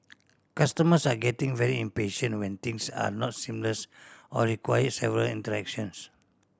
customers are getting very impatient when things are not seamless or require several interactions